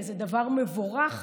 וזה דבר מבורך,